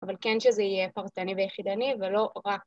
אבל כן שזה יהיה פרטני ויחידני, ולא רק...